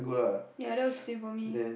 ya that was the same for me